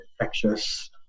infectious